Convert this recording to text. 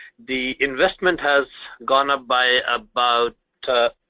the investment has gone up by about